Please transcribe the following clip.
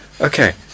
Okay